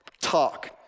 talk